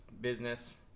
business